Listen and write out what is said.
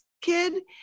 kid